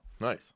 Nice